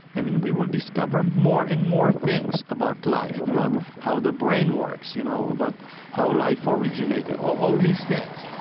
i mean, we will discover more and more things about life, about how the brain works, you know about how life originated. all all these things